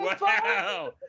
Wow